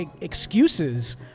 excuses